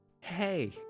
Hey